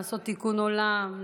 לעשות תיקון עולם,